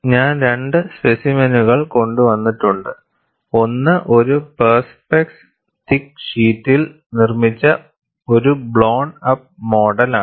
ഞാൻ 2 സ്പെസിമെനുകൾ കൊണ്ടുവന്നിട്ടുണ്ട് ഒന്ന് ഒരു പെർസ്പെക്സ് തിക്ക് ഷീറ്റിൽ നിർമ്മിച്ച ഒരു ബ്ലോൺ അപ്പ് മോഡലാണ്